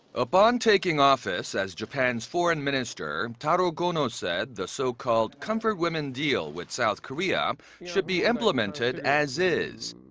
upon taking office as japan's foreign minister taro kono said the so-called comfort women deal with south korea should be implemented as is.